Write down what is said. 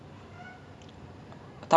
so err